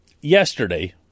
yesterday